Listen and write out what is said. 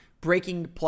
breaking